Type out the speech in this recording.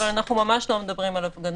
אבל אנחנו ממש לא מדברים על הפגנות.